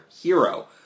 hero